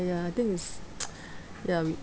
ya I think is ya we